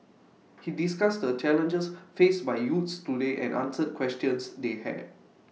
he discussed the challenges faced by youths today and answered questions they had